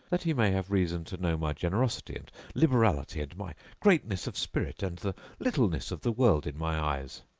that he may have reason to know my generosity and liberality and my greatness of spirit and the littleness of the world in my eyes.